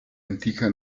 antica